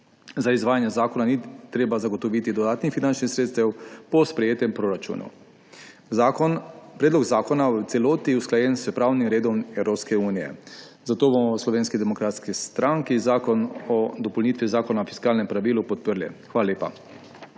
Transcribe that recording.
Za izvajanje zakona ni treba zagotoviti dodatnih finančnih sredstev po sprejetem proračunu. Predlog zakona je v celoti usklajen s pravnim redom Evropske unije, zato bomo v Slovenski demokratski stranki Predlog zakona o dopolnitvi Zakona o fiskalnem pravilu podprli. Hvala lepa.